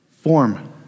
form